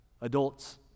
Adults